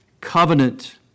covenant